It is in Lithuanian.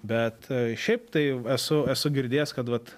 bet šiaip tai esu esu girdėjęs kad vat